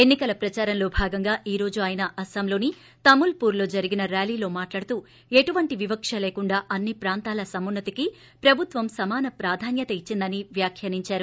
ఎన్ని కల ప్రదారంలో భాగంగా ఈ రోజు ఆయన అస్పాంలోని తముల్ పూర్ లో జరిగిన ర్యాలీలో మాట్లాడుతూ ఎటువంటి వివక లేకుండా అన్ని ప్రాంతాల సమున్నతికి ప్రభుత్వం సమాన ప్రాధాన్యత ఇచ్చిందని వ్యాఖ్యానించారు